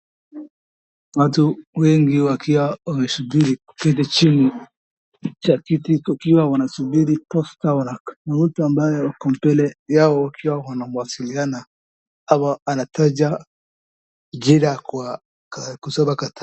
Watu wengi wakiwa wamesubiri kuketi chini cha kiti ikiwa wanasubiri mtu ambaye iko mbele yao ikiwa wanawasiliana au anataja jina kwa kusoma karatasi.